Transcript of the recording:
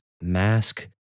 mask